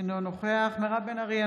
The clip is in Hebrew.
אינו נוכח מירב בן ארי,